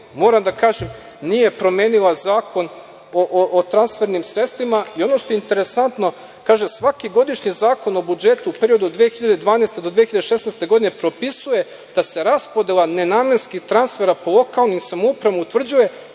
moram da kažem, nije promenila Zakon o transfernim sredstvima. Ono što je interesantno, kaže – svaki godišnji Zakon o budžetu u periodu 2012. do 2016. godine propisuje da se raspodela ne namenskih transfera po lokalnim samoupravama utvrđuje